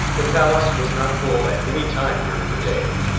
the palace was not full at any time during the day,